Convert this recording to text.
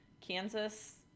kansas